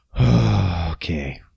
Okay